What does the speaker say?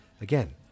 Again